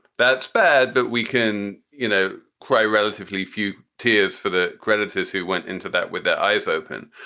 that's bad. but we can, you know, cry relatively few tears for the creditors who went into that with their eyes open.